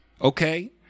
Okay